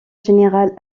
général